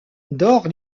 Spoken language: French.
dore